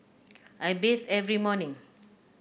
I bathe every morning